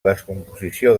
descomposició